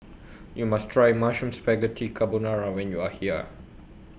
YOU must Try Mushroom Spaghetti Carbonara when YOU Are here